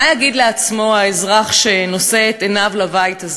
מה יגיד לעצמו האזרח שנושא את עיניו לבית הזה?